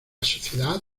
sociedad